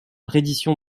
reddition